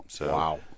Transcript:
Wow